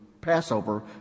Passover